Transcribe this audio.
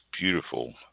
beautiful